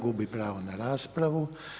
Gubi pravo na raspravu.